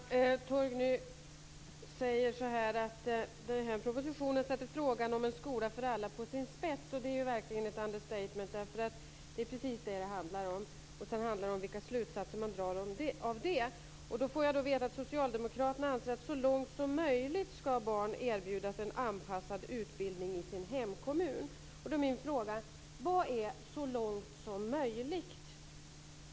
Fru talman! Torgny Danielsson säger att den här propositionen sätter frågan om en skola för alla på sin spets. Det är verkligen ett understatement. Det är precis vad det handlar om. Sedan handlar det om vilka slutsatser man drar av det. Sedan får jag veta att Socialdemokraterna anser att barn så långt som möjligt ska erbjudas en anpassad utbildning i sin hemkommun. Då är min fråga: Vad är så långt som möjligt?